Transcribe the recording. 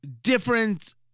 different